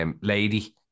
lady